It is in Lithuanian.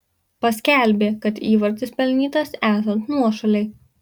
paskelbė kad įvartis pelnytas esant nuošalei